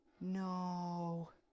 No